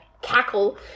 Cackle